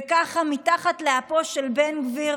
וככה מתחת לאפו של בן גביר